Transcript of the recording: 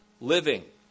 living